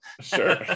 sure